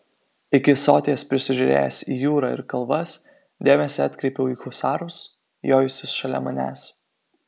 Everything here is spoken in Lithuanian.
iki soties prisižiūrėjęs į jūrą ir kalvas dėmesį atkreipiau į husarus jojusius šalia manęs